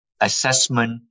assessment